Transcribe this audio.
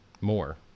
More